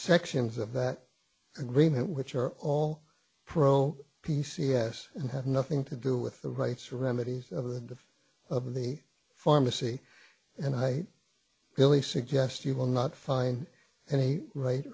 sections of that agreement which are all pro p c s and have nothing to do with the rights remedies of the of the pharmacy and i really suggest you will not find any right